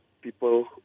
people